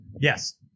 Yes